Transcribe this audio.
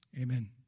Amen